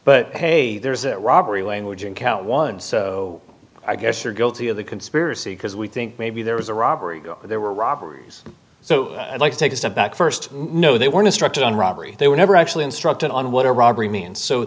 but hey there's a robbery language in count one so i guess you're guilty of the conspiracy because we think maybe there was a robbery there were robberies so i'd like to take a step back first no they were instructed on robbery they were never actually instructed on what a robbery means so